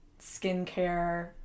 skincare